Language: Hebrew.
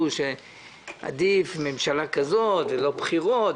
שעדיף ממשלה כזאת ולא בחירות,